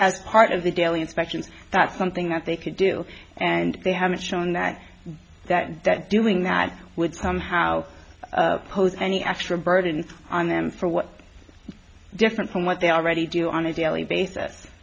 as part of the daily inspections that's something that they could do and they haven't shown that that that doing that would somehow pose any extra burden on them for what different from what they already do on a daily basis